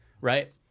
right